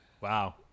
Wow